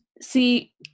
See